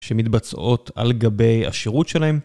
שמתבצעות על גבי השירות שלהם.